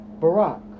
Barack